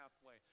pathway